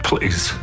Please